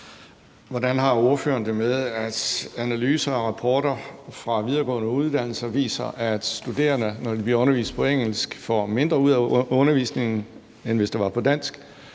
Hvordan har ordføreren det med, at analyser og rapporter fra videregående uddannelser viser, at studerende, når de bliver undervist på engelsk, får mindre ud af undervisningen, end hvis den var på dansk,